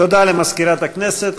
תודה למזכירת הכנסת.